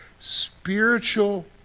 Spiritual